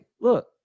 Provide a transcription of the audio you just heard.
look